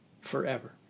forever